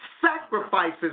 sacrifices